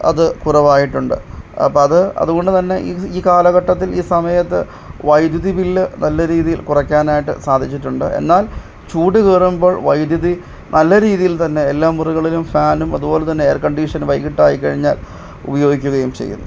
അത് കുറവായിട്ടുണ്ട് അപ്പോള് അത് അതുകൊണ്ടുതന്നെ ഈ കാലഘട്ടത്തിൽ ഈ സമയത്ത് വൈദ്യുതി ബില്ല് നല്ല രീതിയിൽ കുറയ്ക്കാനായിട്ട് സാധിച്ചിട്ടുണ്ട് എന്നാൽ ചൂട് കയറുമ്പോൾ വൈദ്യുതി നല്ല രീതിയിൽ തന്നെ എല്ലാ മുറികളിലും ഫാനും അതുപോലെതന്നെ എയർ കണ്ടീഷനും വൈകിട്ടായിക്കഴിഞ്ഞാൽ ഉപയോഗിക്കുകയും ചെയ്യുന്നു